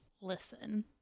Listen